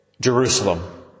Jerusalem